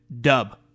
dub